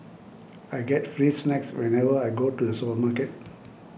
I get free snacks whenever I go to the supermarket